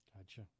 Gotcha